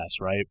right